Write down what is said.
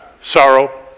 sorrow